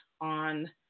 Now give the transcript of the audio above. on